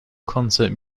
concert